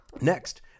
next